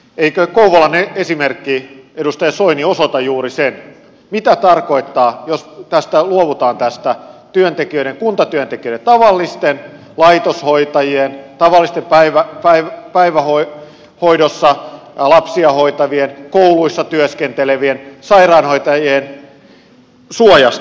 eikö kouvolan esimerkki edustaja soini osoita juuri sen mitä tarkoittaa jos luovutaan tästä kuntatyöntekijöiden tavallisten laitoshoitajien tavallisten päivähoidossa lapsia hoitavien kouluissa työskentele vien sairaanhoitajien suojasta